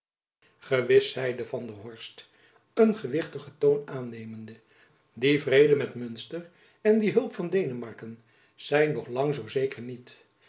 gewis zeide van der horst een gewichtige toon aannemende die vrede met munster en die hulp van denemarken zijn nog lang zoo zeker niet